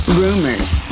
rumors